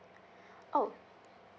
oh